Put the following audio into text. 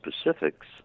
specifics